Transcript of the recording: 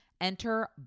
Enter